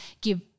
give